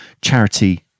charity